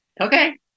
Okay